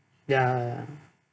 ya